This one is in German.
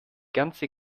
ganze